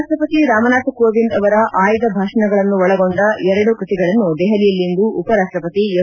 ರಾಷ್ಟಸತಿ ರಾಮನಾಥ್ ಕೋವಿಂದ್ ಅವರ ಆಯ್ದ ಭಾಷಣಗಳನ್ನು ಒಳಗೊಂಡ ಎರಡು ಕೃತಿಗಳನ್ನು ದೆಪಲಿಯಲ್ಲಿಂದು ಉಪರಾಷ್ಟಪತಿ ಎಂ